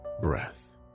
breath